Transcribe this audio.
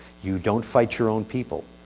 you don't fight your own people,